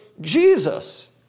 Jesus